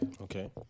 Okay